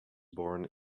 born